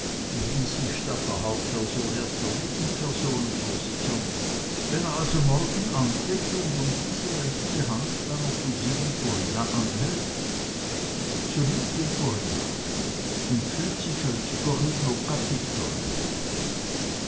die sich statt der hauptperson erst der nebenpersonen versichern wenn er also morgen antritt und um diese rechte hand deiner cousine corinna anhält so nimmt ihn corinna und fühlt sich als